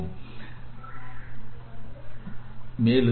மாற்றும் செயல்பாடு வடிகட்டுதல் என்ற கருத்தையும் நாம் அறிமுகப்படுத்தினோம்